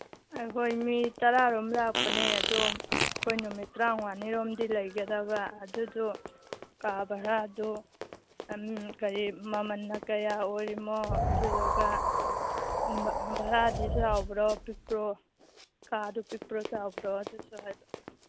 ꯑꯩꯈꯣꯏ ꯃꯤ ꯇꯔꯥꯔꯣꯝ ꯂꯥꯛꯄꯅꯦ ꯑꯗꯣ ꯑꯩꯈꯣꯏ ꯅꯨꯃꯤꯠ ꯇꯔꯥꯃꯉꯥꯅꯤꯔꯣꯝꯗꯤ ꯂꯩꯒꯗꯕ ꯑꯗꯨꯗꯣ ꯀꯥ ꯚꯔꯥꯗꯨ ꯃꯃꯜ ꯀꯌꯥ ꯑꯣꯏꯔꯤꯅꯣ ꯑꯗꯨꯗꯨꯒ ꯚꯔꯥꯗꯤ ꯆꯥꯎꯕ꯭ꯔꯣ ꯄꯤꯛꯄ꯭ꯔꯣ ꯀꯥꯗꯨ ꯄꯤꯛꯄ꯭ꯔꯣ ꯆꯥꯎꯕ꯭ꯔꯣ ꯑꯗꯨꯁꯨ ꯍꯥꯏꯕ